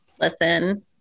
listen